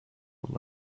will